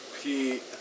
Pete